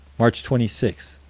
march twenty six,